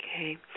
Okay